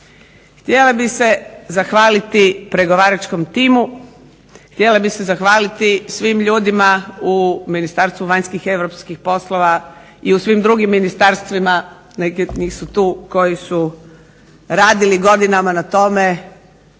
Htjela bih se zahvaliti pregovaračkom timu, htjela bih se zahvaliti svim ljudima u Ministarstvu vanjskih i europskih poslova i u svim drugim ministarstvima, neki od njih su tu koji su radili godinama na tome